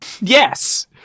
Yes